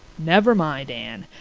never mind, anne.